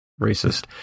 racist